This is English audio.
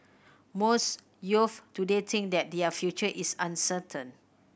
most youths today think that their future is uncertain